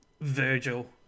Virgil